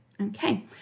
Okay